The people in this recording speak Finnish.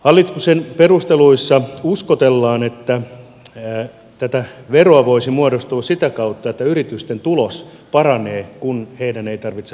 hallituksen perusteluissa uskotellaan että tätä veroa voisi muodostua sitä kautta että yritysten tulos paranee kun heidän ei tarvitse maksaa kilometrikorvauksia